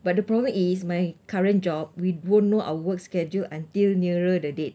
but the problem is my current job we won't know our work schedule until nearer the date